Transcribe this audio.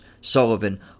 Sullivan